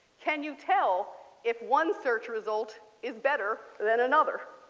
can you tell if one search result is better than another?